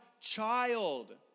child